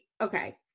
Okay